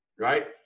Right